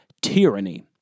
tyranny